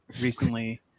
recently